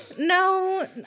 No